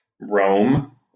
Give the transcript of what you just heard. Rome